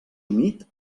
humit